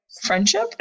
friendship